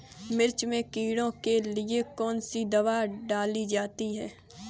मिर्च में कीड़ों के लिए कौनसी दावा डाली जाती है?